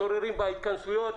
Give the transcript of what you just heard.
הסוררים בהתכנסויות,